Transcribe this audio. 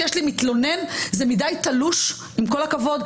גם אז יש צורך במתלונן לפרש מיהו המאוים.